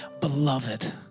beloved